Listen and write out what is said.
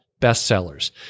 bestsellers